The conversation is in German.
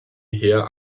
heer